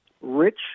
rich